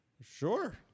sure